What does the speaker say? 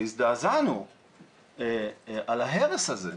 והזדעזענו על ההרס הזה.